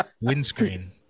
windscreen